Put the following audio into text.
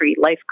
life